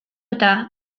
eta